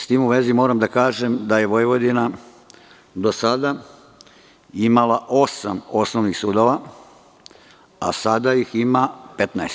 S tim u vezi, moram da kažem da je Vojvodina do sada imala osam osnovnih sudova, a sada ih ima 15.